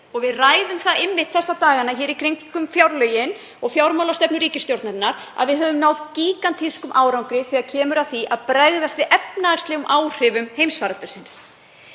og við ræðum það einmitt þessa dagana í kringum fjárlögin og fjármálastefnu ríkisstjórnarinnar að við höfum náð gígantískum árangri þegar kemur að því að bregðast við efnahagslegum áhrifum heimsfaraldursins.